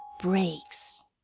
breaks